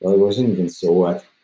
it wasn't even so what.